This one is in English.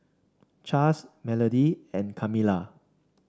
Chas Melody and Kamilah